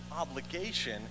obligation